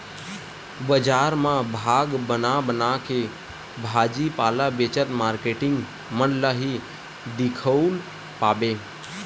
बजार म भाग बना बनाके भाजी पाला बेचत मारकेटिंग मन ल ही दिखउल पाबे